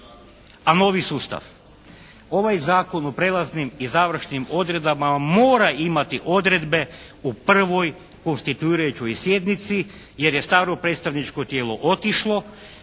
A novi sustav. Ovaj Zakon o prelaznim i završnim odredbama mora imati odredbe u prvoj konstituirajućoj sjednici jer je staro predstavničko tijelo otišlo,